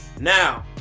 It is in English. Now